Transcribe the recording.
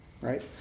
right